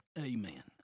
Amen